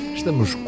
Estamos